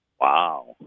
Wow